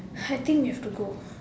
I think we have to go